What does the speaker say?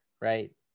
right